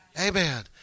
Amen